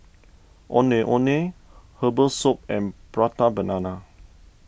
Ondeh Ondeh Herbal Soup and Prata Banana